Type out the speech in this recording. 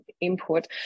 input